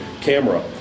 camera